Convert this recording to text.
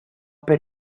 per